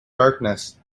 darkness